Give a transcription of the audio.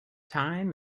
time